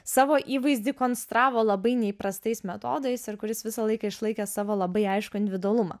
savo įvaizdį konstravo labai neįprastais metodais ir kuris visą laiką išlaikė savo labai aiškų individualumą